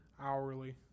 hourly